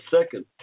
second